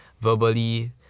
verbally